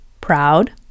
proud